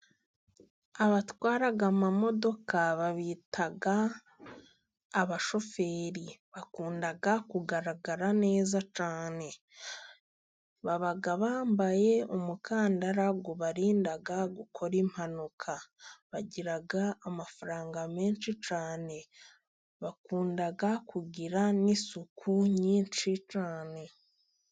Abatwara imodoka babita abashoferi. Bakunda kugaragara neza cyane. Baba bambaye umukandara ubarinda gukora impanuka. Bagira amafaranga menshi cyane. Bakunda kugira n'isuku nyinshi cyane.